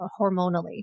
hormonally